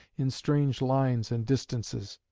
in strange lines and distances.